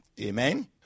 Amen